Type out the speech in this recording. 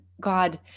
God